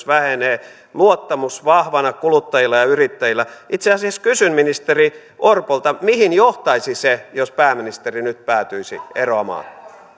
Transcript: vähenee luottamus vahvana kuluttajilla ja yrittäjillä itse asiassa kysyn ministeri orpolta mihin johtaisi se jos pääministeri nyt päätyisi eroamaan